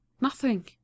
Nothing